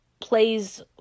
plays